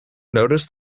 notice